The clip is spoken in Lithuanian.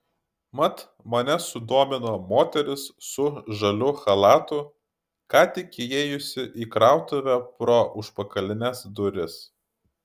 mat mane sudomino moteris su žaliu chalatu ką tik įėjusi į krautuvę pro užpakalines duris